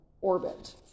orbit